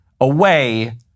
away